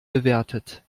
bewertet